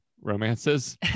romances